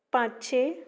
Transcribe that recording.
पांचशें